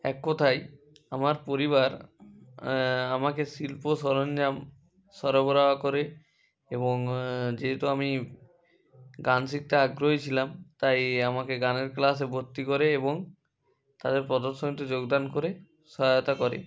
এককথায় আমার পরিবার আমাকে শিল্প সরঞ্জাম সরবরাহ করে এবং যেহেতু আমি গান শিখতে আগ্রহী ছিলাম তাই আমাকে গানের ক্লাসে ভর্তি করে এবং তাদের প্রদর্শনীতে যোগদান করে সহায়তা করে